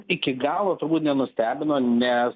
iki galo turbūt nenustebino nes